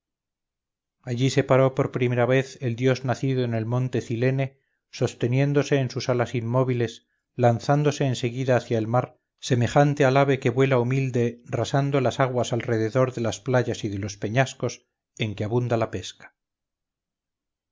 allí se paró por primera vez el dios nacido en el monte cilene sosteniéndose en sus alas inmóviles lanzándose en seguida hacia el mar semejante al ave que vuela humilde rasando las aguas alrededor de las playas y de los peñascos en que abunda la pesca